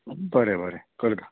बरें बरें करतां